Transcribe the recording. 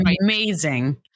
amazing